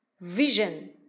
vision